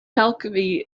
alchemy